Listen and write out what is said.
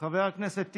חבר הכנסת טיבי,